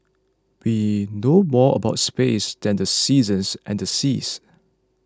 we know more about space than the seasons and the seas